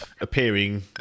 appearing